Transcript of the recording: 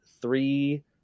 three